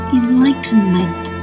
enlightenment